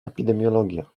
epidemiologia